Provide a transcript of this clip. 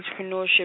entrepreneurship